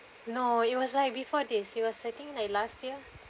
no it was like before this it was I think like last year